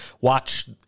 watch